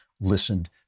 listened